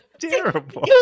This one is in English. terrible